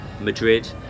Madrid